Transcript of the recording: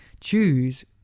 choose